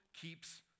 keeps